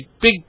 Big